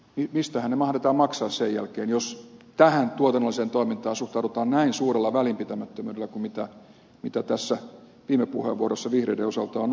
mistähän ne mahdetaan maksaa sen jälkeen jos tähän tuotannolliseen toimintaan suhtaudutaan näin suurella välinpitämättömyydellä kuin mitä tässä viime puheenvuorossa vihreiden osalta on ollut